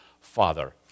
Father